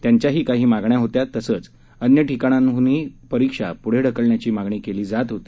त्यांच्याही काही मागण्या होत्या तसंच अन्य ठिकाणाहूनंही परीक्षा पुढं ढकलण्याची मागणी केली जात होती